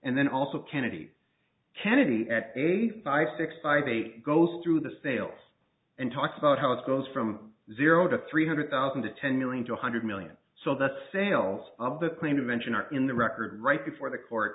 and then also kennedy kennedy at a five six five eight goes through the sales and talks about how it goes from zero to three hundred thousand to ten million two hundred million so that sales of the claim dimension are in the record right before the court